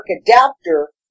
adapter